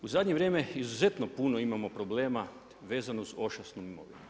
U zadnje vrijeme izuzetno puno imamo problema vezano uz ošasnu imovinu.